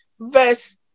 verse